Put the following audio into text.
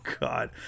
God